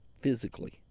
physically